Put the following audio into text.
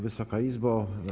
Wysoka Izbo!